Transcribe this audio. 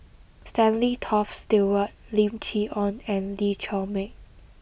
Stanley Toft Stewart Lim Chee Onn and Lee Chiaw Meng